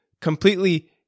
completely